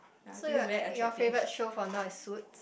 so your your favourite show for now is Suit